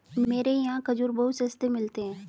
मेरे यहाँ खजूर बहुत सस्ते मिलते हैं